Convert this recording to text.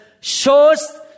shows